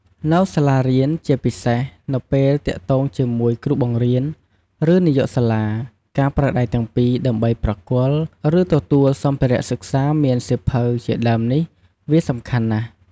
នៅសាលារៀន ជាពិសេសនៅពេលទាក់ទងជាមួយគ្រូបង្រៀន ឬនាយកសាលា ការប្រើដៃទាំងពីរដើម្បីប្រគល់ ឬទទួលសម្ភារៈសិក្សាមានសៀវភៅជាដើមនេះវាសំខាន់ណាស់។